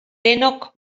denok